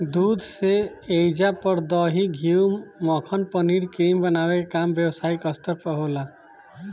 दूध से ऐइजा पर दही, घीव, मक्खन, पनीर, क्रीम बनावे के काम व्यवसायिक स्तर पर होला